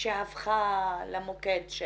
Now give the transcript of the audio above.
שהפכה למוקד של